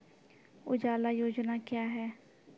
उजाला योजना क्या हैं?